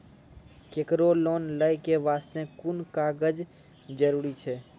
केकरो लोन लै के बास्ते कुन कागज जरूरी छै?